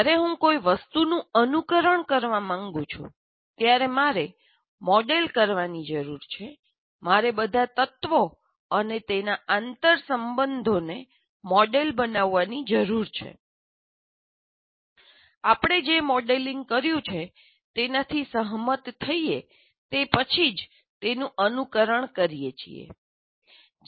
જ્યારે હું કોઈ વસ્તુનું અનુકરણ કરવા માંગુ છું ત્યારે મારે મોડેલ કરવાની જરૂર છે મારે બધા તત્વો અને તેના આંતરસંબંધોને મોડેલ બનાવવાની જરૂર છે આપણે જે મોડેલિંગ કર્યું છે તેનાથી સહમત થઈએ તે પછી જ તેનું અનુકરણ કરીએ છીએ